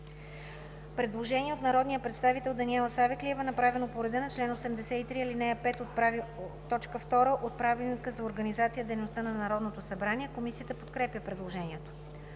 Предложение от народния представител Даниела Савеклиева, направено по реда на чл. 83, ал. 5, т. 2 от Правилника за организацията и дейността на Народното събрание. Комисията подкрепя предложението.